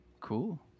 Cool